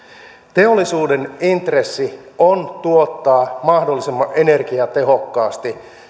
teollisuuden intressi on tuottaa mahdollisimman energiatehokkaasti